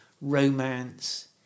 romance